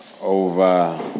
over